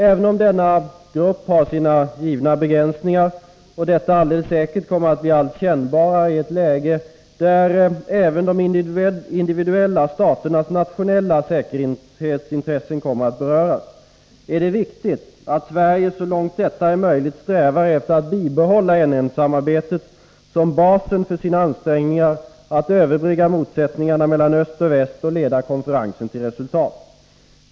Även om denna har sina givna begränsningar, och detta alldeles säkert kommer att bli allt kännbarare i ett läge där även de individuella staternas nationella säkerhetsintressen kommer att beröras, är det viktigt att Sverige, så långt detta är möjligt, strävar efter att bibehålla NN-samarbetet som basen för sina ansträngningar att överbrygga motsättningarna mellan öst och väst och leda konferensen till resultat.